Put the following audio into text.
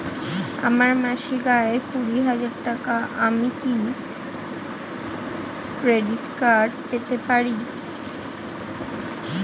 আমার মাসিক আয় কুড়ি হাজার টাকা আমি কি ক্রেডিট কার্ড পেতে পারি?